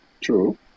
True